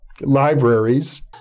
Libraries